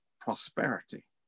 prosperity